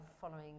following